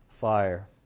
fire